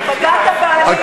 שכחת, פגעת בעניים.